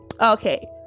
okay